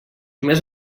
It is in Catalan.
més